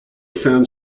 found